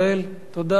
תודה.